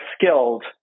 skilled